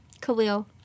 Khalil